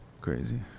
crazy